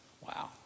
Wow